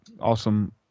awesome